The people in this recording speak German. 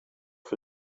für